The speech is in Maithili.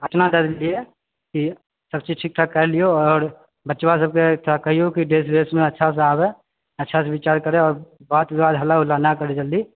पटना की सभ चीज ठीक ठाक कए लिऔ आओर बचवा सभके थोड़ा कहिऔ कि ड्रेस व्रेसमे अच्छासँ आबए अच्छासँ विचार करे आओर बात विवाद हल्ला गुल्ला नहि करे जल्दी